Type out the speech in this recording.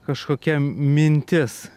kažkokia mintis